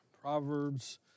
Proverbs